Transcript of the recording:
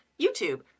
YouTube